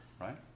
right